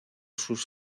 sus